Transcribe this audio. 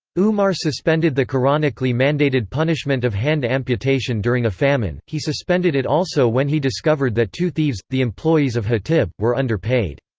umar suspended the quranically mandated punishment of hand amputation during a famine, he suspended it also when he discovered that two thieves, the employees of hatib, were under-paid.